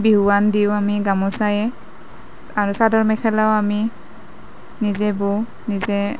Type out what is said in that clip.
বিহুৱান দিওঁ আমি গামোচাৰে আৰু চাদৰ মেখেলাও আমি নিজে বওঁ নিজে